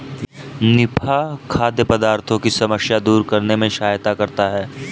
निफा खाद्य पदार्थों की समस्या दूर करने में सहायता करता है